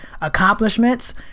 accomplishments